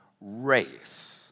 race